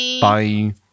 bye